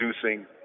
producing